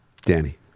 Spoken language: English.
Danny